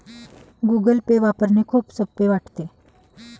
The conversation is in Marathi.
गूगल पे वापरणे खूप सोपे वाटते